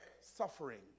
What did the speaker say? suffering